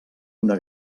una